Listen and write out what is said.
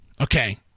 Okay